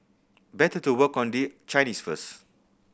better to work on their Chinese first